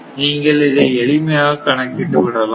நீங்கள் இதை எளிமையாக கணக்கிட்டு விடலாம்